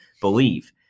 believe